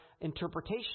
interpretation